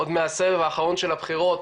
עוד מהסבב האחרון של הבחירות,